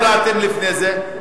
למה הפרעתם לפני זה?